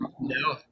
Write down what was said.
No